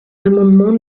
l’amendement